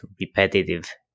repetitive